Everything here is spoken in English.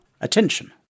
attention